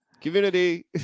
community